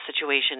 situation